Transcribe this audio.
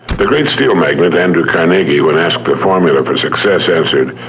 the great steel magnate andrew carnegie, when asked the formula for success, answered,